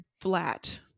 flat